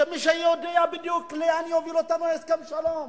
כמי שיודע בדיוק לאן יוביל אותנו הסכם שלום,